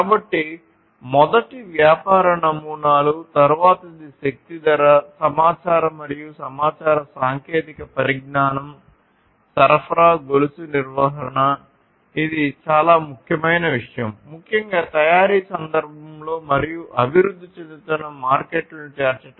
కాబట్టి మొదటిది వ్యాపార నమూనాలు ఇది చాలా ముఖ్యమైన విషయం ముఖ్యంగా తయారీ సందర్భంలో మరియు అభివృద్ధి చెందుతున్న మార్కెట్లను చేర్చడం